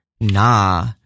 Nah